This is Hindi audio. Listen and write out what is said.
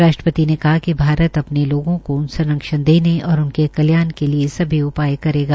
राष्ट्रपति ने कहा कि भारत अपने लोगों को संरक्षण देने और उनके कल्याण के लिये सभी उपाय करेगा